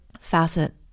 facet